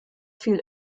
viel